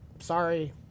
sorry